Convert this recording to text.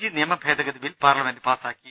G നിയമ ഭേദഗതി bill parliament പാസ്സാക്കി